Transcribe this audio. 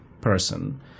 Person